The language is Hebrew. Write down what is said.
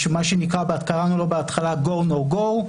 בהתחלה קראנו לזה go no go,